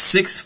Six